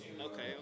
okay